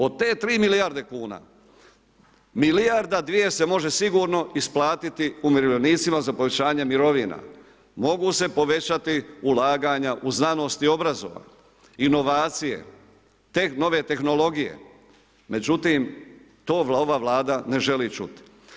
Od te 3 milijarde kuna, milijarda dvije se može sigurno isplatiti umirovljenicima za povećanje mirovina, mogu se povećati ulaganja u znanost i obrazovanje, inovacije, nove tehnologije, međutim to ova Vlada ne želi čut.